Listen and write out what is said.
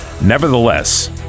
nevertheless